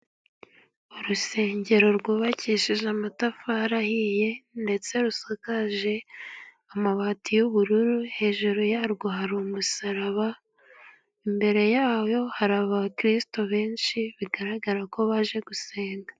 Urusengero rwubakishije amatafari ahiye ndetse rusakaje amabati y'ubururu. Hejuru yarwo hari umusaraba, imbere yawo hari abakristo benshi bigaragara ko baje gusenga.